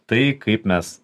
tai kaip mes